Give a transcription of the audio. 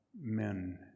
men